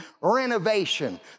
renovation